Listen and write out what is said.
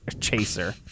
chaser